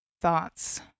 thoughts